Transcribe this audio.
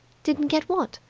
didn't get what?